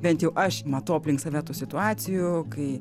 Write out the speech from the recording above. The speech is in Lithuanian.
bent jau aš matau aplink save tų situacijų kai